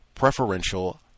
Preferential